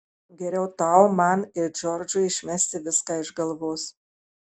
geriau tau man ir džordžui išmesti viską iš galvos